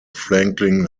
franklin